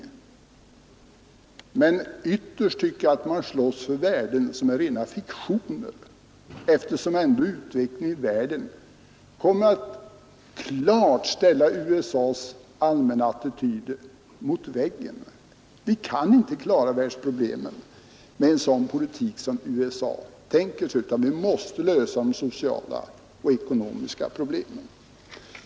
Men ytterst tycker jag att man slåss för värden som är rena fiktioner, eftersom ändå utvecklingen i världen kommer att klart ställa USA :s allmänna attityd mot väggen. Vi kan inte klara världsproblemen med en sådan politik som USA tänker sig, utan vi måste lösa de sociala och ekonomiska problemen.